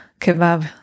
kebab